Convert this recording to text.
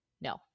No